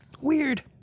weird